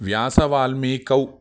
व्यासवाल्मीकौ